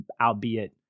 albeit